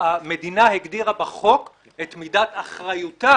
המדינה הגדירה בחוק את מידת אחריותה